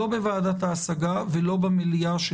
לא בוועדת ההשגות ולא במליאה,